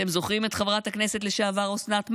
אתם זוכרים את חברת הכנסת לשעבר אוסנת מארק?